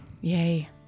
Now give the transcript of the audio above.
Yay